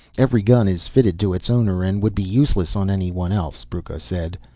every gun is fitted to its owner and would be useless on anyone else, brucco said.